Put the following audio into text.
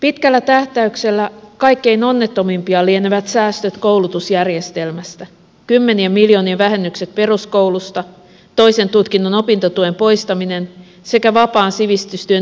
pitkällä tähtäyksellä kaikkein onnettomimpia lienevät säästöt koulutusjärjestelmästä kymmenien miljoonien vähennykset peruskoulusta toisen tutkinnon opintotuen poistaminen sekä vapaan sivistystyön nipistykset